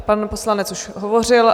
Pan poslanec už hovořil.